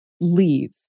leave